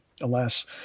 alas